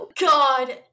God